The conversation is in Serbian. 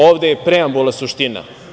Ovde je preambula suština.